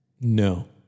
No